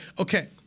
Okay